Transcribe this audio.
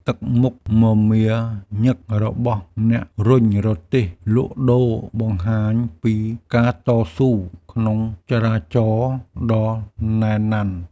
ទឹកមុខមមាញឹករបស់អ្នករុញរទេះលក់ដូរបង្ហាញពីការតស៊ូក្នុងចរាចរណ៍ដ៏ណែនណាន់។